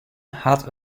hat